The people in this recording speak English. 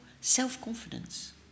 self-confidence